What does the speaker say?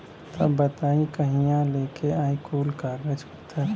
तब बताई कहिया लेके आई कुल कागज पतर?